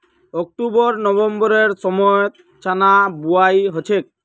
October नवंबरेर समयत चनार बुवाई हछेक